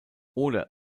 oder